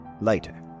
later